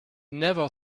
never